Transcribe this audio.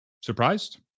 Surprised